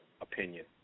opinion